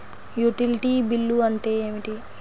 Utility bill అంటే ఏమిటి?